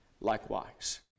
likewise